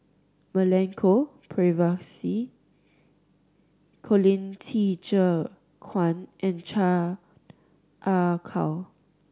Milenko Prvacki Colin Qi Zhe Quan and Chan Ah Kow